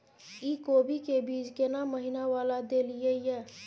इ कोबी के बीज केना महीना वाला देलियैई?